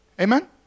Amen